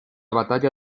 batalla